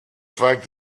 fact